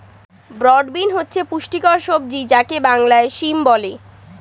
broad bean হচ্ছে পুষ্টিকর সবজি যাকে বাংলায় সিম বলে